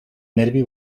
nervi